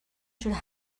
should